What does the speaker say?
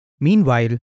Meanwhile